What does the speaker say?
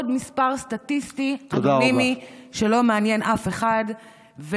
עוד מספר סטטיסטי, אנונימי, שלא מעניין אף אחד.